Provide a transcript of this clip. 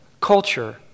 culture